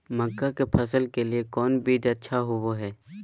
मक्का के फसल के लिए कौन बीज अच्छा होबो हाय?